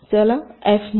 चला f म्हणा